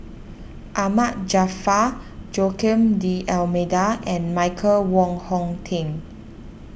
Ahmad Jaafar Joaquim D'Almeida and Michael Wong Hong Teng